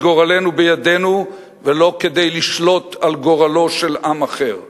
גורלנו בידינו ולא כדי לשלוט על גורלו של עם אחר.